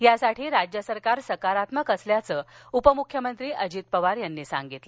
यासाठी राज्य सरकार सकारात्मक असल्याचं असं उपमुख्यमंत्री अजित पवार यांनी सांगितलं